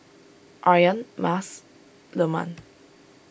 Aryan Mas Leman